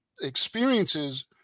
experiences